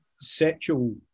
sexual